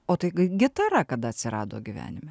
o tai gigitara kada atsirado gyvenime